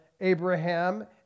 Abraham